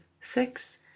six